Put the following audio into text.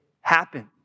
happen